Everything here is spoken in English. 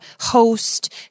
host